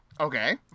Okay